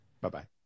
Bye-bye